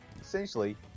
Essentially